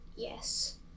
Yes